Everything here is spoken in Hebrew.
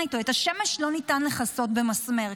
איתו: את השמש לא ניתן לכסות במסננת.